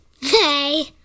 Hey